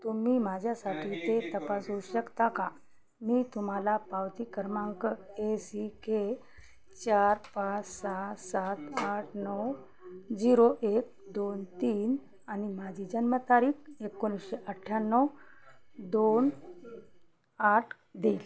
तुम्ही माझ्यासाठी ते तपासू शकता का मी तुम्हाला पावती क्रमांक ए सी के चार पाच सहा सात आठ नऊ झीरो एक दोन तीन आणि माझी जन्मतारीख एकोणीसशे अठ्ठ्याण्णव दोन आठ देईल